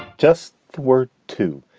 just where to?